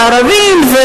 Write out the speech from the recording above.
ערבים,